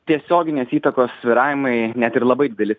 tiesioginės įtakos svyravimai net ir labai dideli